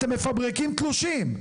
אתם מפברקים תלושים.